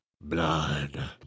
blood